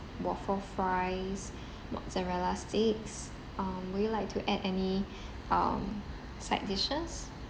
waffle fries mozarella sticks um would you like to add any um side dishes